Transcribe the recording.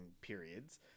periods